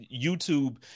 YouTube